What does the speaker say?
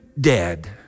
dead